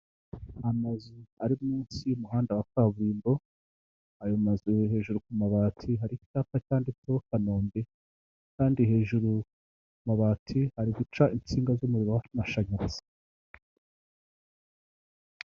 Amazu ari munsi y'umuhanda wa kaburimbo, ayo mazu iyo hejuru ku mabati hari icyapa cyanditseho Kanombe kandi hejuru ku mabati hari guca insinga z'umuriro w'amashanyarazi.